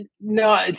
no